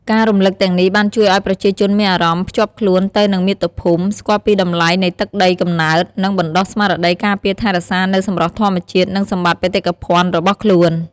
ការរំលឹកទាំងនេះបានជួយឲ្យប្រជាជនមានអារម្មណ៍ភ្ជាប់ខ្លួនទៅនឹងមាតុភូមិ ស្គាល់ពីតម្លៃនៃទឹកដីកំណើត និងបណ្ដុះស្មារតីការពារថែរក្សានូវសម្រស់ធម្មជាតិ និងសម្បត្តិបេតិកភណ្ឌរបស់ខ្លួន។